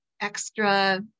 extra